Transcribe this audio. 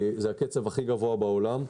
זה הקצב הכי גבוה בעולם.